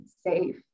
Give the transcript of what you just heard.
safe